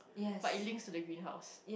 but it links to the greenhouse